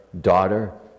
Daughter